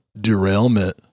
Derailment